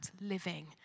living